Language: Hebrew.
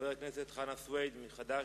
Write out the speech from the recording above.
חבר הכנסת חנא סוייד מחד"ש.